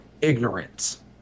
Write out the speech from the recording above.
ignorance